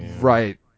right